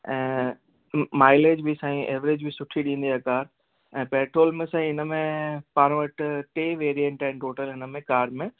ऐं म माएलेज बि साईं एवरेज बि सुठी ॾींदी आहे कार ऐं पैट्रोल में साईं इनमें पाण वटि टे वैरीअंट आहिनि टोटल हिनमें कार में